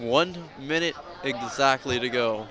one minute exactly to go